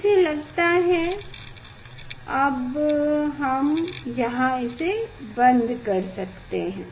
मुझे लगता है अब हम यहाँ इसे बंद कर सकते हैं